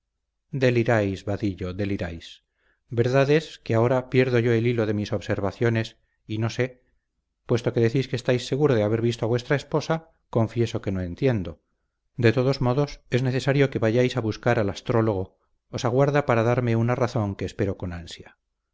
deliráis vadillo deliráis verdad es que ahora pierdo yo el hilo de mis observaciones y no sé puesto que decís que estáis seguro de haber visto a vuestra esposa confieso que no entiendo de todos modos es necesario que vayáis a buscar al astrólogo os aguarda para darme una razón que espero con ansia